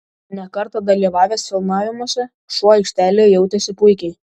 ne kartą dalyvavęs filmavimuose šuo aikštelėje jautėsi puikiai